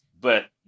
But-